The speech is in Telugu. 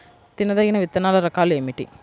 తినదగిన విత్తనాల రకాలు ఏమిటి?